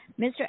Mr